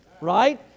right